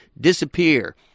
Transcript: disappear